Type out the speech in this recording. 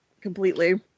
completely